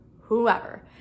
whoever